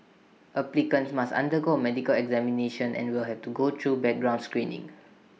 applicants must undergo A medical examination and will have to go through background screening